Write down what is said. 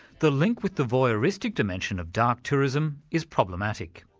the link with the voyeuristic dimension of dark tourism, is problematic.